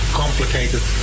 complicated